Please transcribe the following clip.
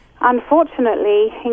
unfortunately